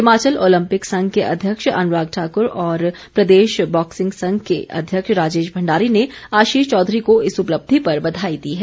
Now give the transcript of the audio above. Himachal Olympic संघ के अध्यक्ष अनुराग ठाकुर और प्रदेश बॉक्सिंग संघ के अध्यक्ष राजेश भंडारी ने आशीष चौधरी को इस उपलब्धि पर बधाई दी है